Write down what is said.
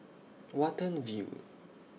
Watten View